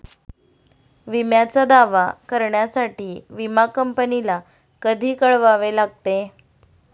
विम्याचा दावा करण्यासाठी विमा कंपनीला कधी कळवावे लागते?